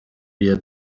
via